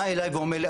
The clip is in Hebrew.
בא אלי ואומר לי,